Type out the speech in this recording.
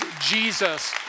Jesus